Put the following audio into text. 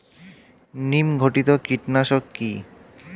নিম ঘটিত কীটনাশক কি?